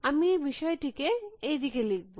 আমি এই বিষয়টিকে এই দিকে লিখব